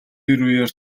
үеэр